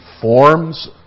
forms